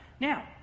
Now